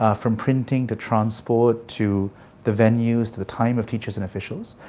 ah from printing, to transport, to the venues, to the time of teachers and officials.